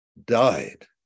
died